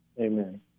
Amen